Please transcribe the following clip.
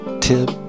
tip